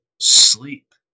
sleep